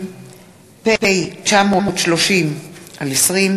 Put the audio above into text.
ביטול איסור הכללת תרופות מצילות חיים בשב"ן),